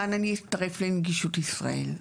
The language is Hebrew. כאן אני אצטרף לנגישות ישראל,